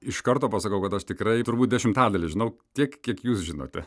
iš karto pasakau kad aš tikrai turbūt dešimtadalį žinau tiek kiek jūs žinote